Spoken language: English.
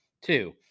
two